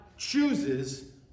chooses